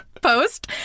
post